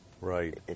Right